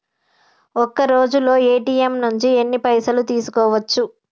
ఒక్కరోజులో ఏ.టి.ఎమ్ నుంచి ఎన్ని పైసలు తీసుకోవచ్చు?